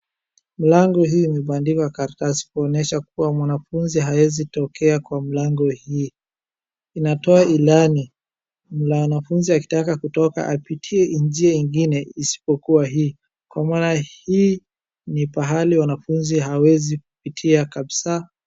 Mlango hii imebandikwa karatasi kuonyesha kuwa mwanafunzi hawezi tokea kwa mlango hii inatoa ilani vile mwanafunzi akitaka kutoka apitie njia ingine isipokua hii kwa maana hii ni pahali wanafunzi hawezi kupitia kabisa.